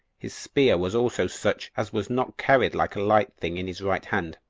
his spear was also such as was not carried like a light thing in his right hand,